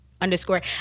Underscore